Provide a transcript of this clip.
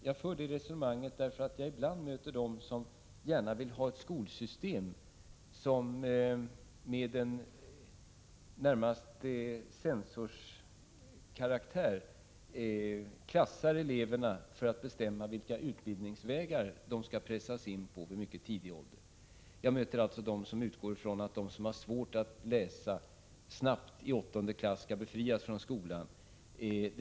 Jag för detta resonemang därför att jag ibland möter dem som gärna vill ha ett skolsystem med närmast censorskaraktär, som klassar eleverna för att bestämma vilken utbildningsväg de skall pressas in på i mycket tidig ålder. Jag möter dem som utgår från att de som har svårt att läsa så snart som i åttonde klass skall befrias från skolan.